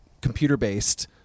computer-based